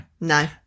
No